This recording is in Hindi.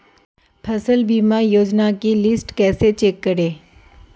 फसल बीमा योजना की लिस्ट कैसे चेक करें?